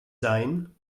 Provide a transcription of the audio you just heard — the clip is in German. sein